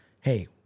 hey